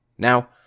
Now